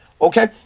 Okay